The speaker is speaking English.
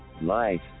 Life